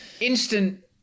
instant